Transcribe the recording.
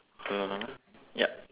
hold on ah yup